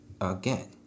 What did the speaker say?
again